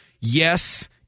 yes